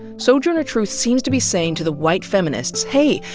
sojourner truth seems to be saying to the white feminists, hey,